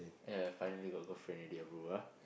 ya finally got girlfriend already ah bro ah